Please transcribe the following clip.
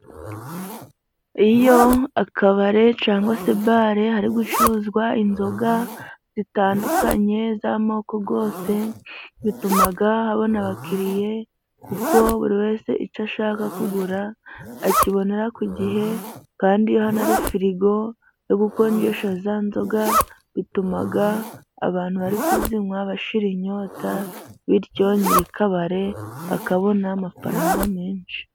Iyo akabari cyangwa se bare hari gucuruzwa inzoga zitandukanye z'amoko yose, bituma abona abakiriya kuko buri wese icyo ashaka kugura akibonera ku gihe kandi iyo hari firigo yo gukonjesha zanzoga, bituma abantu bari kuzinywa bashira inyota bityo nyiri kabare akabona amafaranga menshi.